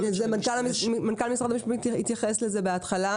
--- מנכ"ל משרד המשפטים התייחס לזה בהתחלה,